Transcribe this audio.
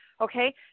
okay